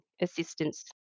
assistance